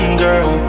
girl